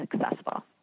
accessible